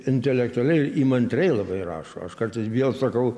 intelektualiai ir įmantriai labai rašo aš kartais viel sakau